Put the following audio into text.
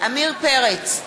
עמיר פרץ,